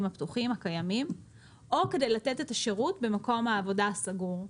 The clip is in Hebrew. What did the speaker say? הפתוחים הקיימים או כדי לתת את השירות במקום העבודה הסגור?